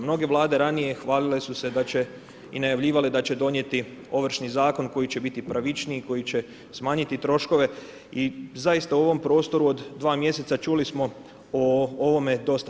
Mnoge vlade ranije hvalile su se da će i najavljivale da će donijeti ovršni zakon koji će biti pravičniji, koji će smanjiti troškove i zaista u ovom prostoru od 2 mjeseca čuli smo o ovome dosta.